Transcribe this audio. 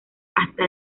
hasta